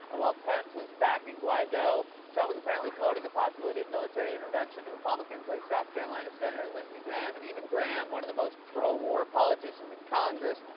ah while pence was backing guaido, trump was apparently floating the possibility of military intervention to republicans like south carolina senator lindsey graham. and even graham, one of the most pro-war politicians in congress,